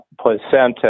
placenta